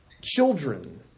children